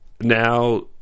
now